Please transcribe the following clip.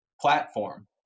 platform